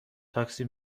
تاکسی